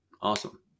Awesome